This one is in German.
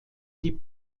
die